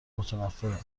متنفرن